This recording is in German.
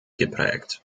geprägt